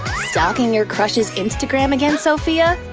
stalking your crush's instagram again, sophia?